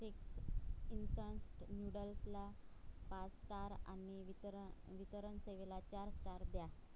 Ching's instants नूडल्सला पाच star आणि वितरण वितरण सेवेला चार स्टार द्या